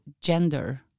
gender